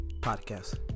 podcast